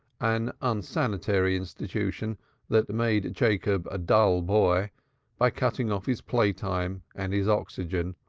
an insanitary institution that made jacob a dull boy by cutting off his play-time and his oxygen,